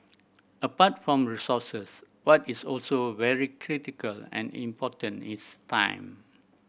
apart from resources what is also very critical and important is time